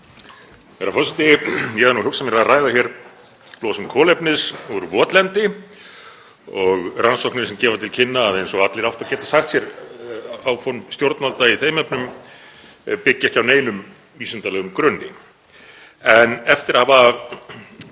Herra forseti. Ég hafði nú hugsað mér að ræða hér losun kolefnis úr votlendi og rannsóknir sem gefa til kynna, eins og allir áttu að geta sagt sér, að áform stjórnvalda í þeim efnum byggja ekki á neinum vísindalegum grunni. En eftir að hafa